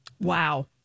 Wow